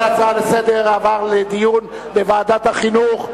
ההצעה לסדר-היום עברה לדיון בוועדת החינוך.